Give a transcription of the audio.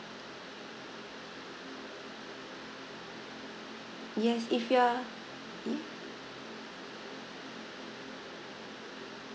yes if you are if